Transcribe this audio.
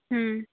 ହୁଁ